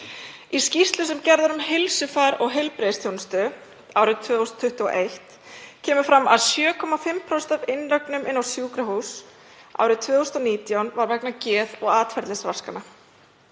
Í skýrslu sem gerð var um heilsufar og heilbrigðisþjónustu árið 2021 kemur fram að 7,5% af innlögnum á sjúkrahús árið 2019 var vegna geð- og atferlisraskana.